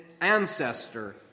ancestor